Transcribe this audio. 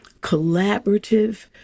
collaborative